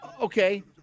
Okay